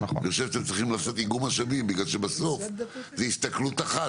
אני חושב שאתם צריכים לעשות איגום משאבים בגלל שבסוף זו הסתכלות אחת,